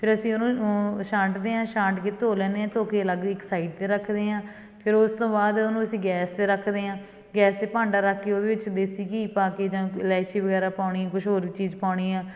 ਫਿਰ ਅਸੀਂ ਉਹਨੂੰ ਛਾਂਟਦੇ ਹਾਂ ਛਾਂਟ ਕੇ ਧੋ ਲੈਂਦੇ ਹਾਂ ਧੋ ਕੇ ਅਲੱਗ ਇੱਕ ਸਾਈਡ 'ਤੇ ਰੱਖਦੇ ਹਾਂ ਫਿਰ ਉਸ ਤੋਂ ਬਾਅਦ ਉਹਨੂੰ ਅਸੀਂ ਗੈਸ 'ਤੇ ਰੱਖਦੇ ਹਾਂ ਗੈਸ 'ਤੇ ਭਾਂਡਾ ਰੱਖ ਕੇ ਉਹ ਵੀ ਵਿੱਚ ਦੇਸੀ ਘੀ ਪਾ ਕੇ ਜਾਂ ਇਲਾਇਚੀ ਵਗੈਰਾ ਪਾਉਣੀ ਕੁਛ ਹੋਰ ਚੀਜ਼ ਪਾਉਣੀ ਆ